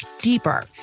deeper